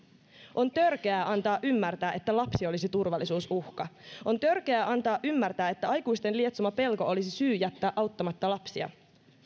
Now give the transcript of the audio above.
on törkeää antaa ymmärtää että lapsi olisi turvallisuusuhka on törkeää antaa ymmärtää että aikuisten lietsoma pelko olisi syy jättää auttamatta lapsia